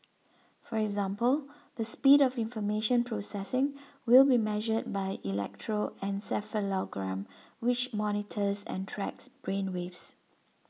for example the speed of information processing will be measured by electroencephalogram which monitors and tracks brain waves